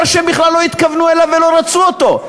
שהם בכלל לא התכוונו אליו ולא רצו אותו.